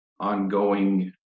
Ongoing